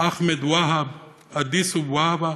אחמד והב, אדיסו וובה,